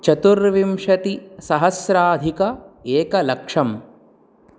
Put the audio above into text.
चतुर्विंशतिसहस्राधिक एकलक्षम्